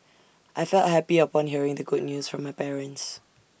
I felt happy upon hearing the good news from my parents